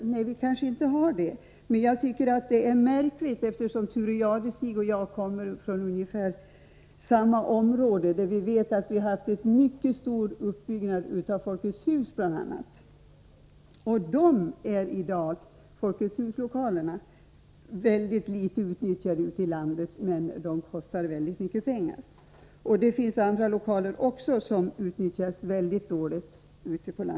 Nej, det har vi kanske inte, men det är i så fall märkligt, eftersom Thure Jadestig och jag i stort sett kommer från samma område, där vi bl.a. har ett stort antal Folkets hus. De lokalerna är i dag ytterst litet utnyttjade, men de kostar väldigt mycket pengar. Det finns också andra lokaler ute på landsbygden som utnyttjas mycket dåligt.